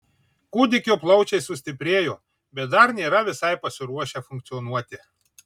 kūdikio plaučiai sustiprėjo bet dar nėra visai pasiruošę funkcionuoti